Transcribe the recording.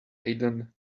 aden